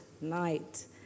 night